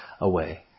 away